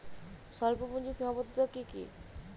স্বল্পপুঁজির সীমাবদ্ধতা কী কী?